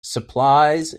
supplies